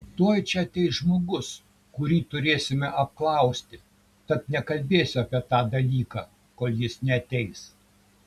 tuoj čia ateis žmogus kurį turėsime apklausti tad nekalbėsiu apie tą dalyką kol jis neateis